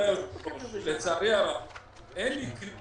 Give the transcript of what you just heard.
לצערי הרב אין לי.